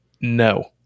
No